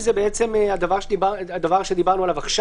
שש, מה שדיברנו עכשיו